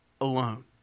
alone